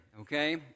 okay